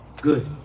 good